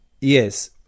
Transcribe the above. Yes